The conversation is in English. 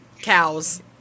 cows